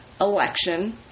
election